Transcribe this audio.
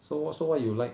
so what so what you like